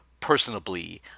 personably